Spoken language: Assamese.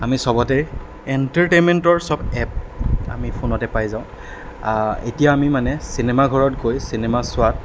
আমি চবতে এণ্টাৰটেইনমেণ্টৰ চব এপ আমি ফোনতে পাই যাওঁ এতিয়া আমি মানে চিনেমা হলত গৈ চিনেমা চোৱাত